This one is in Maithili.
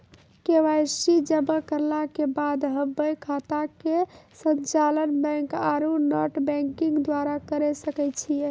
के.वाई.सी जमा करला के बाद हम्मय खाता के संचालन बैक आरू नेटबैंकिंग द्वारा करे सकय छियै?